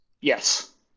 Yes